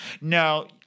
no